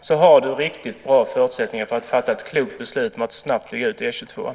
Då har statsrådet riktigt bra förutsättningar att fatta ett klokt beslut om att snabbt bygga ut E 22:an.